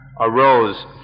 arose